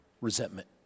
resentment